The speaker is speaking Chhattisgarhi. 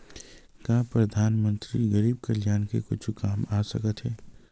का परधानमंतरी गरीब कल्याण के कुछु काम आ सकत हे